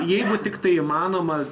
jeigu tiktai įmanoma